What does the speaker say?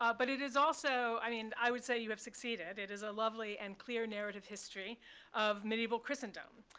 um but it is also i mean, i would say you have succeeded. it is a lovely and clear narrative history of medieval christendom.